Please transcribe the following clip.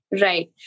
Right